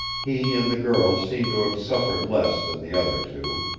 he and the girl seemed to have suffered less than the other two.